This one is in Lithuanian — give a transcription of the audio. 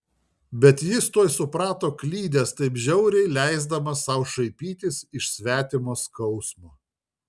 bet jis tuoj suprato klydęs taip žiauriai leisdamas sau šaipytis iš svetimo skausmo